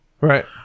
Right